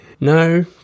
No